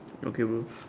okay bro